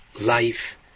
life